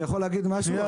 אני יכול להגיד משהו?